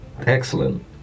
excellent